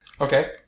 Okay